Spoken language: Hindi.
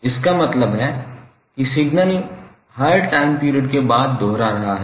इसका मतलब है कि सिग्नल हर टाइम पीरियड के बाद दोहरा रहा है